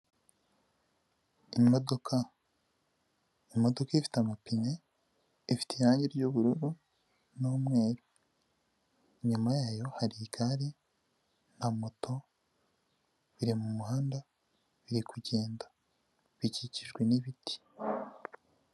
Imodoka, imodoka ifite amapine, ifite irangi ry'ubururu n'umweru inyuma yayo hari igare na moto biri mu muhanda biri kugenda bikikijwe n'ibiti.